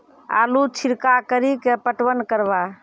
आलू छिरका कड़ी के पटवन करवा?